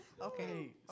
Okay